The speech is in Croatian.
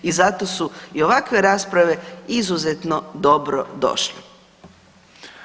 I zato su i ovakve rasprave izuzetno dobro došle.